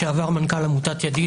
לשעבר מנכ"ל עמותת "ידיד",